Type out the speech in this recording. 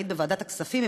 היית בוועדת הכספים,